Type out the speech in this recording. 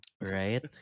Right